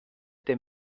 der